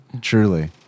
truly